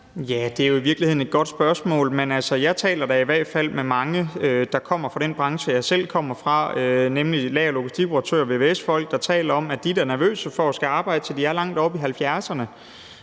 Det er jo i virkeligheden et godt spørgsmål, men altså, jeg taler da i hvert fald med mange, der kommer fra den branche, jeg selv kommer fra, nemlig lager- og logistikoperatør, og med vvs-folk, der taler om, at de da er nervøse for at skulle arbejde, til de er langt op i